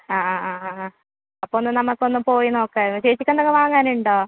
ആ ആ ആ ആ അപ്പം ഒന്ന് നമ്മൾക്ക് ഒന്ന് പോയി നോക്കായിരുന്നു ചേച്ചിക്ക് എന്തെങ്കിലും വാങ്ങാനുണ്ടോ